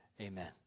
Amen